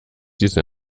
diese